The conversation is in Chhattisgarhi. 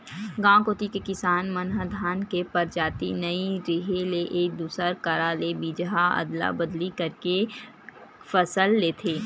गांव कोती के किसान मन ह धान के परजाति नइ रेहे ले एक दूसर करा ले बीजहा अदला बदली करके के फसल लेथे